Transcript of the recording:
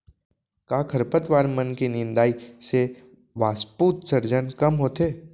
का खरपतवार मन के निंदाई से वाष्पोत्सर्जन कम होथे?